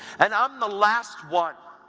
and i'm the last one.